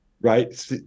right